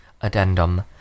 Addendum